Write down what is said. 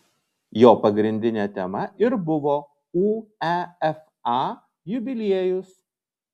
jo pagrindinė tema ir buvo uefa jubiliejus